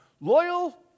loyal